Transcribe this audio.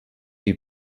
you